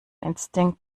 instinkt